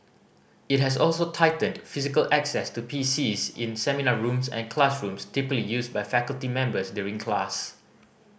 it has also tightened physical access to P Cs in seminar rooms and classrooms typically used by faculty members during class